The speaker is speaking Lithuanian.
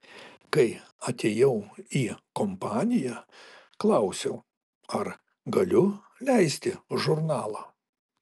kai atėjau į kompaniją klausiau ar galiu leisti žurnalą